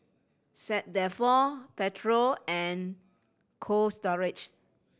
Saint Dalfour Pedro and Cold Storage